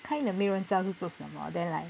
kind of 没有人知道是做什么 then like